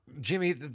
Jimmy